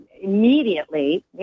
immediately